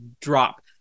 drop